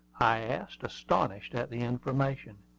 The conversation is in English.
i asked, astonished at the information.